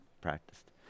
Practiced